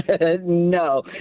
No